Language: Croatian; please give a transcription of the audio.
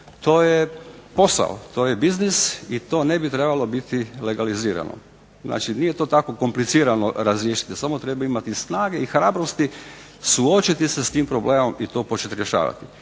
to je posao, to je biznis i to ne bi trebalo biti legalizirano. Znači, nije to tako komplicirano razmišljanje samo treba imati snage i hrabrosti suočiti se s tim problemom i to početi rješavati